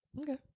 okay